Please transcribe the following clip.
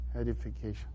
Edification